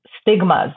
stigmas